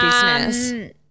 business